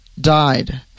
died